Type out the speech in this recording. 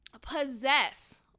possess